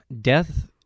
Death